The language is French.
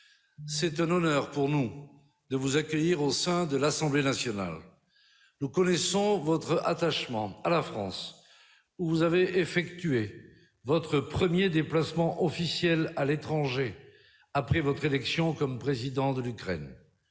président de l'Ukraine, de vous accueillir au sein de l'Assemblée nationale. Nous connaissons votre attachement à la France, où vous avez effectué votre premier déplacement officiel à l'étranger après votre élection en tant que président de l'Ukraine.